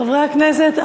חברי הכנסת,